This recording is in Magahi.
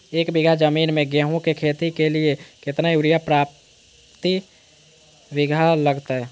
एक बिघा जमीन में गेहूं के खेती के लिए कितना यूरिया प्रति बीघा लगतय?